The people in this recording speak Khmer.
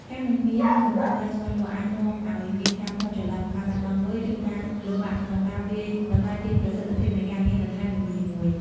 ការមិនមានកំណត់ត្រាច្បាស់លាស់អាចនាំឱ្យមានការភាន់ច្រឡំ ការបាត់បង់លុយ ឬការលំបាកក្នុងការវាយតម្លៃពីប្រសិទ្ធភាពនៃការងារបន្ថែមនីមួយៗ។